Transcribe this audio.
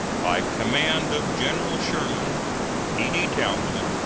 by command of general sherman e d. townsend,